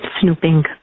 snooping